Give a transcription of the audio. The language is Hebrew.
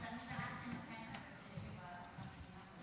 שלוש